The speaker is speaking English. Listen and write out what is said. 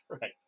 Right